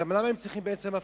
למה הם צריכים הפרטה?